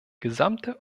gesamte